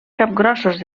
capgrossos